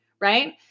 right